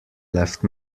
left